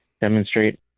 demonstrate